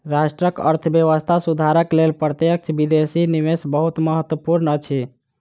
राष्ट्रक अर्थव्यवस्था सुधारक लेल प्रत्यक्ष विदेशी निवेश बहुत महत्वपूर्ण अछि